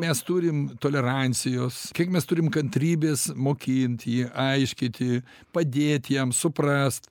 mes turim tolerancijos kiek mes turim kantrybės mokint jį aiškyti padėt jam suprast